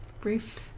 brief